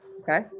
Okay